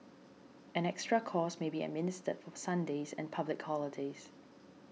an extra cost may be administered for Sundays and public holidays